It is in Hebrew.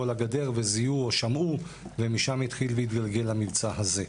על הגדר וזיהו או שמעו ומשם התחיל והתגלגל המבצע הזה.